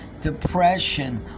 depression